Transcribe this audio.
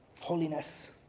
Holiness